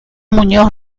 muñoz